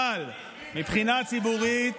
אבל מבחינה ציבורית,